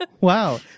wow